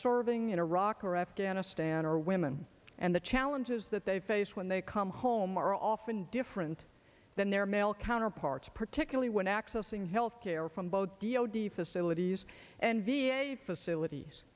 serving in iraq or afghanistan are women and the challenges that they face when they come home are often different than their male counterparts particularly when accessing health care from both d o d facilities and v a facilities